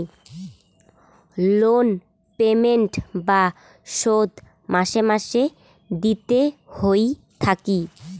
loan payment বা শোধ মাসে মাসে দিতে হই থাকি